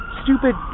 stupid